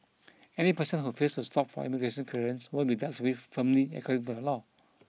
any person who fails to stop for immigration clearance will be dealt with firmly according to the law